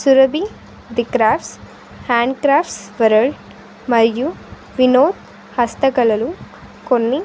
Surabhi the crafts hand crafts world మరియు వినోద్ హస్తకళలు కొన్ని